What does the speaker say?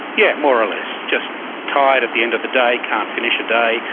yeah more or less, just tired at the end of the day, can't finish a day,